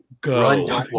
go